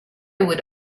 would